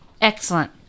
excellent